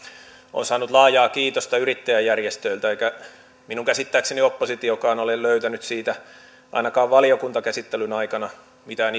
on saanut laajaa kiitosta yrittäjäjärjestöiltä eikä minun käsittääkseni oppositiokaan ole löytänyt siitä ainakaan valiokuntakäsittelyn aikana mitään